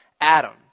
Adam